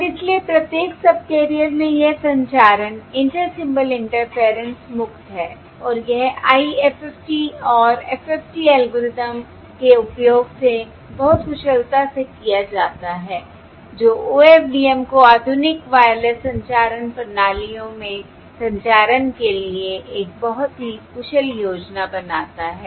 और इसलिए प्रत्येक सबकैरियर में यह संचारण इंटर सिंबल इंटरफेयरेंस मुक्त है और यह IFFT और FFT एल्गोरिदम के उपयोग से बहुत कुशलता से किया जाता है जो OFDM को आधुनिक वायरलेस संचारण प्रणालियों में संचारण के लिए एक बहुत ही कुशल योजना बनाता है